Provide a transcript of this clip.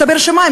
הסתבר שמה?